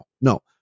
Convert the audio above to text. no